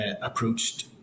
approached